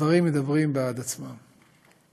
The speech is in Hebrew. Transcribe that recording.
הדברים מדברים בעד עצמם.